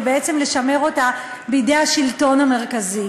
ובעצם לשמר אותה בידי השלטון המרכזי.